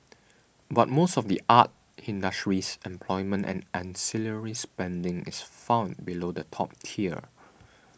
but most of the art industry's employment and ancillary spending is found below the top tier